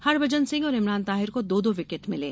हरभजन सिंह और इमरान ताहिर को दो दो विकेट मिले